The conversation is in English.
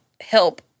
help